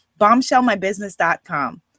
BombshellMyBusiness.com